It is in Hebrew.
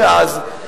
אז,